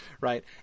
Right